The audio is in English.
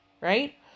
right